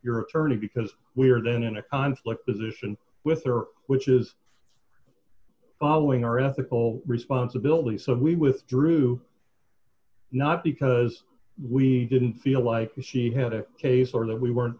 your attorney because we are then in a conflict position with her which is following our ethical responsibility so we withdrew not because we didn't feel like she had a case or that we weren't